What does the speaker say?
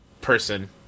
person